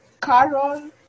Carol